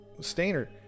stainer